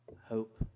hope